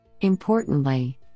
Importantly